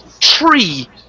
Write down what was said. tree